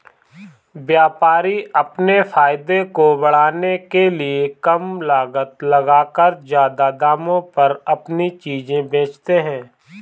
व्यापारी अपने फायदे को बढ़ाने के लिए कम लागत लगाकर ज्यादा दामों पर अपनी चीजें बेचते है